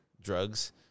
drugs